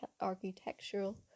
architectural